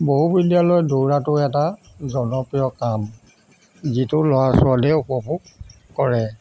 বহু বিদ্যালয়ত দৌৰাটো এটা জনপ্ৰিয় কাম যিটো ল'ৰা ছোৱালীয়ে উপভোগ কৰে